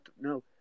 No